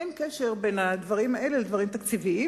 אין קשר בין הדברים האלה לדברים תקציביים.